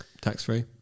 tax-free